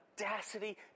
audacity